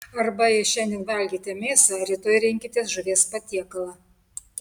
arba jei šiandien valgėte mėsą rytoj rinkitės žuvies patiekalą